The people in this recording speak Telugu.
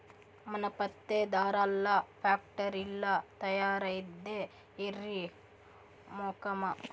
మన పత్తే దారాల్ల ఫాక్టరీల్ల తయారైద్దే ఎర్రి మొకమా